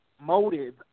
motive